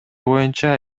боюнча